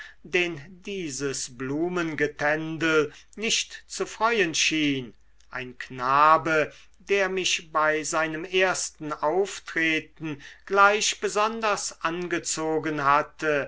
den dieses blumengetändel nicht zu freuen schien ein knabe der mich bei seinem ersten auftreten gleich besonders angezogen hatte